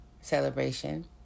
celebration